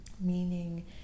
Meaning